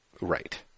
Right